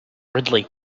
ridley